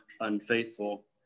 unfaithful